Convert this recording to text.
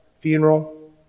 funeral